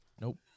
Nope